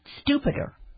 stupider